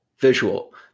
visual